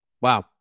wow